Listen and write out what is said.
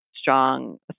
strong